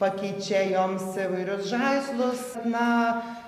pakeičia joms įvairius žaislus na